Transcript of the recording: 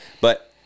But-